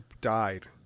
died